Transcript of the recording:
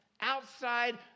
outside